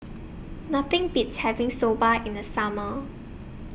Nothing Beats having Soba in The Summer